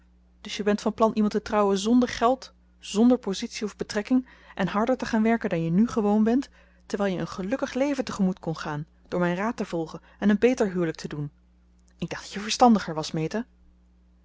dus je bent van plan iemand te trouwen zonder geld zonder positie of betrekking en harder te gaan werken dan je nu gewoon bent terwijl je een gelukkig leven tegemoet kon gaan door mijn raad te volgen en een beter huwelijk te doen ik dacht dat je verstandiger was meta